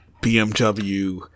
BMW